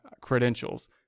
credentials